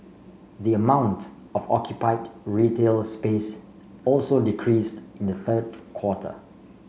the amount of occupied retail space also decreased in the third quarter